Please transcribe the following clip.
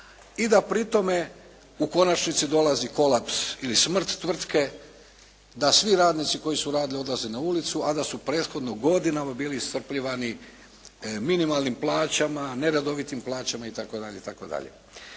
i da pri tome u konačnici dolazi kolaps ili smrt tvrtke, da svi radnici koji su radili odlaze na ulicu, a da su prethodno godinama bili iscrpljivani minimalnim plaćama, neredovitim plaćama itd. itd.